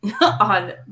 on